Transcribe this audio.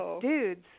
dudes